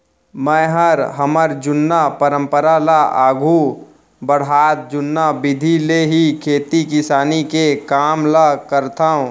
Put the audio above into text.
मैंहर हमर जुन्ना परंपरा ल आघू बढ़ात जुन्ना बिधि ले ही खेती किसानी के काम ल करथंव